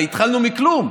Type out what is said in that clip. הרי התחלנו מכלום.